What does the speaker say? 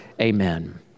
Amen